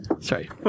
Sorry